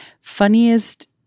funniest